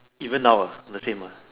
even now uh the same uh